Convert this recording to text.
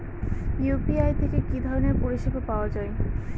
UPI থেকে কি ধরণের পরিষেবা পাওয়া য়ায়?